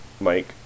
Mike